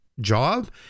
job